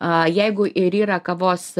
a jeigu ir yra kavos